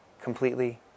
completely